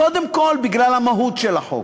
קודם כול בגלל המהות של החוק,